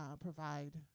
provide